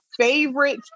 favorite